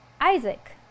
Isaac